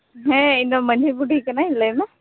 ᱦᱮᱸ ᱤᱧᱫᱚ ᱢᱟ ᱡᱷᱤ ᱵᱩᱰᱷᱤ ᱠᱟᱹᱱᱟᱹᱧ ᱞᱟᱹᱭ ᱢᱮ